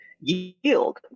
yield